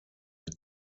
mit